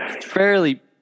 fairly